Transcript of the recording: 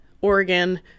Oregon